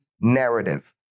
narrative